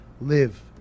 live